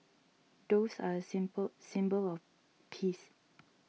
doves are a symbol symbol of peace